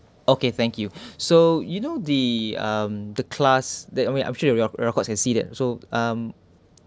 okay thank you so you know the um the class that I mean I'm sure your your record can see that so um